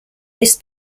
this